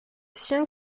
sien